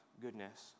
goodness